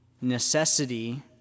necessity